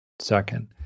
Second